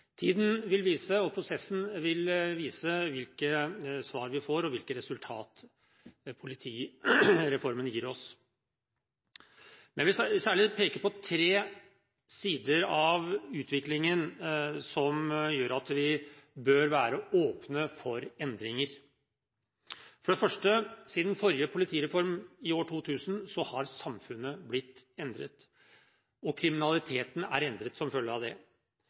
Tiden og prosessen vil vise hvilke svar vi får, og hvilke resultat politireformen gir oss. Men jeg vil særlig peke på tre sider av utviklingen som gjør at vi bør være åpne for endringer. For det første, siden forrige politireform i år 2000 har samfunnet blitt endret, og kriminaliteten er endret som følge av det.